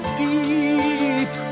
deep